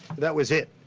that was it.